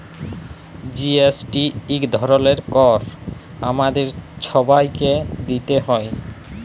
GST ইক ধরলের কর আমাদের ছবাইকে দিইতে হ্যয়